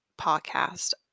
podcast